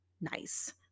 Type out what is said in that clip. nice